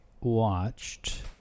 watched